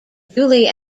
duly